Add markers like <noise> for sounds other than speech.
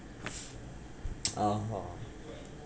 <noise> (uh huh)